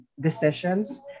decisions